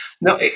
no